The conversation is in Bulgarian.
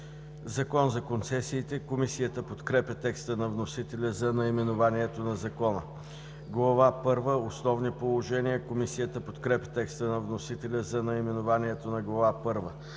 „Закон за концесиите“.“ Комисията подкрепя текста на вносителя за наименованието на Закона. „Глава първа ¬¬– Основни положения.“ Комисията подкрепя текста на вносителя за наименованието на Глава